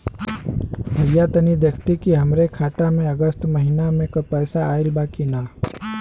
भईया तनि देखती की हमरे खाता मे अगस्त महीना में क पैसा आईल बा की ना?